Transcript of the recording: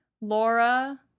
Laura